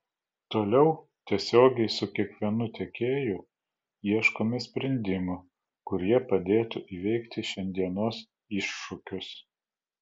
toliau tiesiogiai su kiekvienu tiekėju ieškome sprendimų kurie padėtų įveikti šiandienos iššūkius